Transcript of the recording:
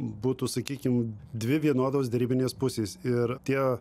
būtų sakykim dvi vienodos derybinės pusės ir tie